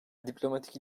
diplomatik